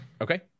okay